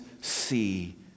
see